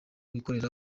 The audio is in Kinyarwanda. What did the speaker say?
wikorera